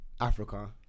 Africa